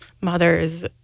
mothers